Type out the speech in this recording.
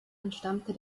entstammte